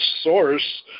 source